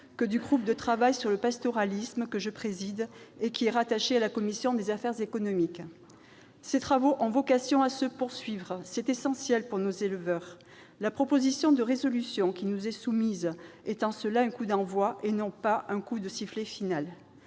que du groupe de travail sur le pastoralisme dont j'assure la présidence et qui est rattaché à la commission des affaires économiques. Ces travaux ont vocation à se poursuivre, c'est essentiel pour nos éleveurs. La proposition de résolution qui nous est soumise est donc un coup d'envoi et non pas un coup de sifflet final.